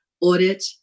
audit